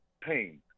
pain